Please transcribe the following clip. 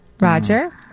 Roger